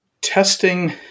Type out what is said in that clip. Testing